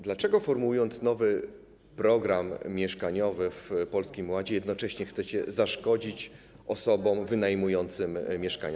Dlaczego, formułując nowy program mieszkaniowy w Polskim Ładzie, jednocześnie chcecie zaszkodzić osobom wynajmującym mieszkania?